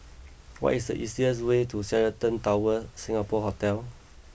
what is the easiest way to Sheraton Towers Singapore Hotel